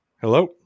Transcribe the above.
Hello